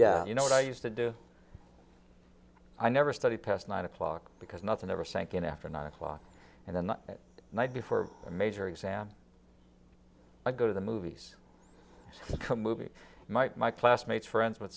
yeah you know what i used to do i never study past nine o'clock because nothing ever sank in after nine o'clock and then the night before a major exam i go to the movies strong movie might my classmates friends would